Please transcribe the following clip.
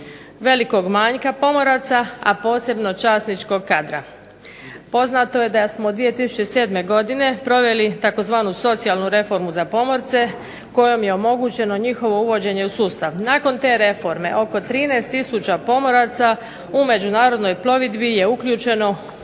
velikog manjka pomoraca, a posebno časničkog kadra. Poznato je da smo 2007. godine proveli tzv. socijalnu reformu za pomorce kojom je omogućeno njihovo uvođenje u sustav. Nakon te reforme oko 13000 pomoraca u međunarodnoj plovidbi je uključeno